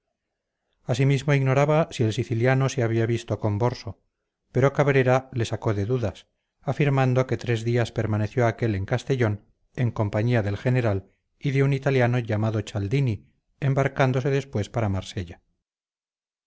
comunicadas asimismo ignoraba si el siciliano se había visto con borso pero cabrera te sacó de dudas afirmando que tres días permaneció aquel en castellón en compañía del general y de un italiano llamado cialdini embarcándose después para marsella